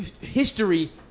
history